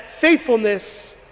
faithfulness